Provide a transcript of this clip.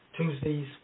Tuesdays